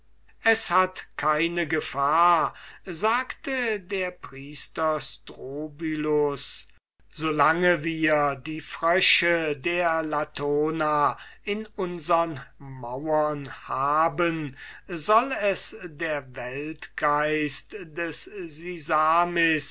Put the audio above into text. es hat keine gefahr sagte der priester strobylus so lange wir die frösche der latona in unsern mauern haben soll es der weltgeist des